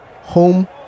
home